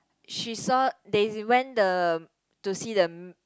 she saw they went the to see the